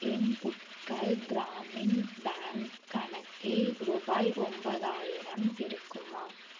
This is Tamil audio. என் உட்கல் கிராமின் பேங்க் கணக்கில் ரூபாய் ஒன்பதாயிரம் இருக்குமா